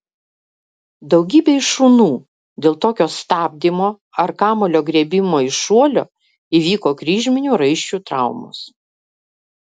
daugybei šunų dėl tokio stabdymo ar kamuolio griebimo iš šuolio įvyko kryžminių raiščių traumos